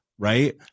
Right